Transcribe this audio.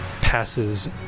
passes